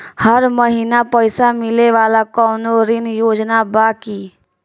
हर महीना पइसा मिले वाला कवनो ऋण योजना बा की?